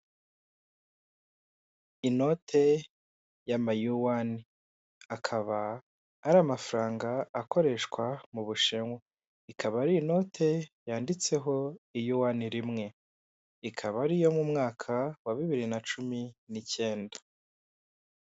Inote ya mayuwani, akaba ari amafaranga akoreshwa mu Bushinwa, ikaba ari inote yanditseho iyuwani rimwe, ikaba ari iyo mu mwaka wa bibiri na cumi n'icyenda.